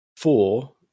four